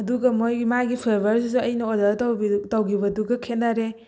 ꯑꯗꯨꯒ ꯃꯣꯏꯒꯤ ꯃꯥꯒꯤ ꯐ꯭ꯂꯦꯕꯔꯁꯤꯁꯨ ꯑꯩꯅ ꯑꯣꯗꯔ ꯇꯧꯒꯤꯕꯗꯨꯒ ꯈꯦꯠꯅꯔꯦ